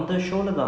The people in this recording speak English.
mm